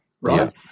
right